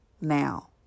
now